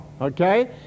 okay